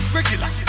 Regular